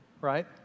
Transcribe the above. right